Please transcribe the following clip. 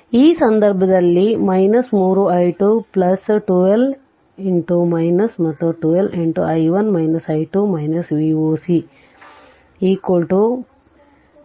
ಆದ್ದರಿಂದ ಈ ಸಂದರ್ಭದಲ್ಲಿ 3 i2 12 ಮತ್ತು 12 i1 i2